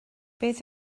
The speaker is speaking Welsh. beth